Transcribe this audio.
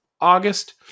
August